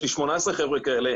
יש לי 18 חבר'ה כאלה,